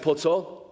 Po co?